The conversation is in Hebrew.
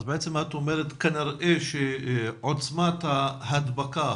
בעצם את אומרת שכנראה שעוצמת ההדבקה,